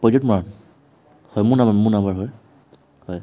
প্ৰদ্যুত মৰাণ হয় মোৰ নাম্বাৰ মোৰ নাম্বাৰ হয় হয়